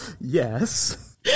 yes